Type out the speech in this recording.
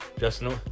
Justin